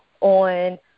on